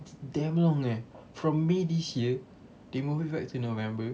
it's damn long eh from may this year they move it back to november